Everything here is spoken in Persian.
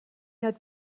یاد